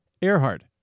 Earhart